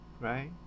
right